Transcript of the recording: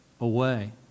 away